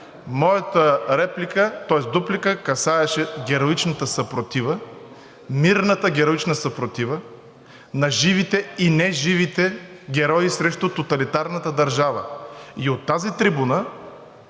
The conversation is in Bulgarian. Моята дуплика касаеше героична съпротива, мирната героична съпротива на живите и неживите герои срещу тоталитарната държава. И от тази трибуна